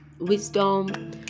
wisdom